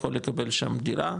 יכול לקבל שם דירה,